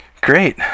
Great